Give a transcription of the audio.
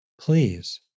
please